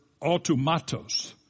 automatos